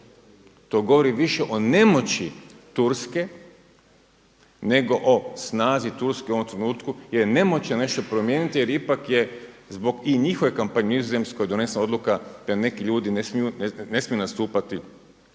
to govori više o nemoći Turske nego o snazi Turske u ovom trenutku. Jer nemoć nešto promijeniti jer ipak je zbog i njihove kampanje u Nizozemskoj donesena odluka da neki ljudi ne smiju nastupati